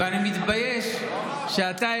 אני מתבייש שאתה,